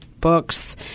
books